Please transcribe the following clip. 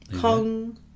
Kong